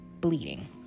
bleeding